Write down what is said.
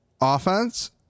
offense